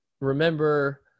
Remember –